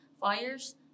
fires